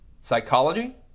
psychology